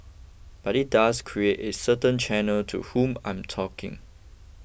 but it does create a certain channel to whom I'm talking